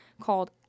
called